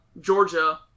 Georgia